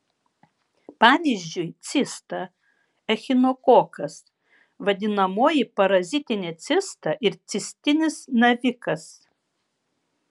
pavyzdžiui cista echinokokas vadinamoji parazitinė cista ir cistinis navikas